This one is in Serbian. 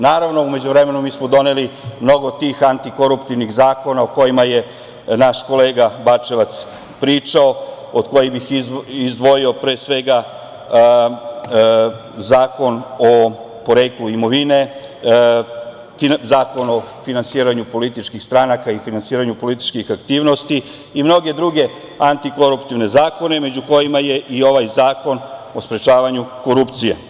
Naravno, u međuvremenu mi smo doneli mnogo tih antikoruptivnih zakona o kojima je naš kolega Bačevac pričao, od kojih bih pre svega izdvojio Zakon o poreklu imovine, Zakon o finansiranju političkih stranaka i finansiranju političkih aktivnosti i mnoge druge antikoruptivne zakone, među kojima je i ovaj Zakon o sprečavanju korupcije.